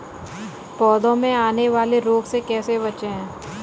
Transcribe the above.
पौधों में आने वाले रोग से कैसे बचें?